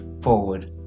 forward